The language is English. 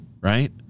right